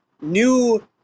new